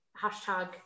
hashtag